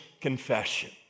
confession